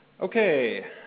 Okay